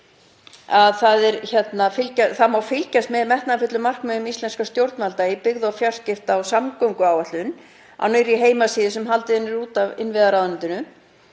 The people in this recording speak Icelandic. Það má fylgjast með metnaðarfullum markmiðum íslenskra stjórnvalda í byggða- og fjarskipta- og samgönguáætlun á nýrri heimasíðu sem haldið er úti af innviðaráðuneytinu.